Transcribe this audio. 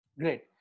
great